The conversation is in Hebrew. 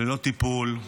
ללא טיפול,